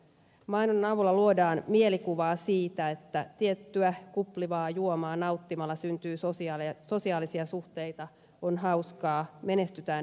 mainonnan avulla luodaan mielikuvaa siitä että tiettyä kuplivaa juomaa nauttimalla syntyy sosiaalisia suhteita on hauskaa menestytään ihmissuhteissa